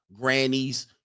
grannies